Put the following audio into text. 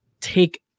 take